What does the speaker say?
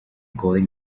coding